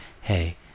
Hey